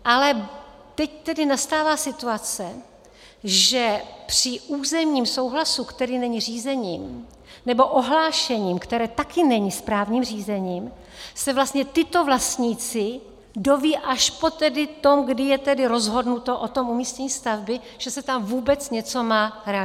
Ale teď tedy nastává situace, že při územním souhlasu, který není řízením nebo ohlášením, které taky není správním řízením, se vlastně tito vlastníci dozvědí až po tedy to, kdy je rozhodnuto o umístění stavby, že se tam vůbec něco má realizovat.